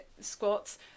squats